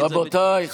רבותיי,